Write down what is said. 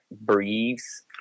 breathes